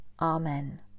amen